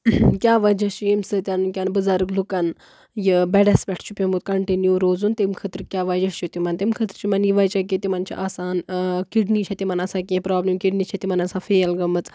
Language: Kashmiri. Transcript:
کیاہ وَجہہ چھُ ییٚمہِ سۭتۍ وٕنکیٚن بُزَرٕگ لُکَن یہِ بیڈَس پٮ۪ٹھ چھُ پیوٚمُت کَنٹِنیو روزُن تمہِ خٲطرٕ کیاہ وَجہہ چھُ تِمن تمہِ خٲطرٕ چھُ یِمن یہِ وَجہہ کہِ تِمن چھُ آسان کِڑنی چھِ تِمن آسان کیٚنہہ پرابلِم کِڑنی چھےٚ تِمن آسان کیٚنہہ فیل گٔمٕژ